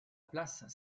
place